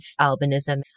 albinism